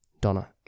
Donna